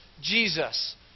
Jesus